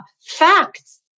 facts